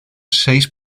seis